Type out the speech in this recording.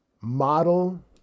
model